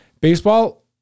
baseball